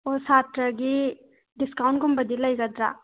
ꯑꯣ ꯁꯥꯇ꯭ꯔꯒꯤ ꯗꯤꯁꯀꯥꯎꯟ ꯒꯨꯝꯕꯗꯤ ꯂꯩꯒꯗ꯭ꯔꯥ